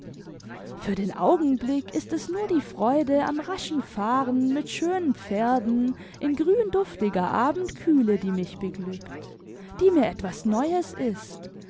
für den augenblick ist es nur die freude am raschen fahren mit schönen pferden in gründuftiger abendkühle die mich beglückt die mir etwas neues ist